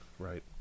Right